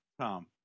Tom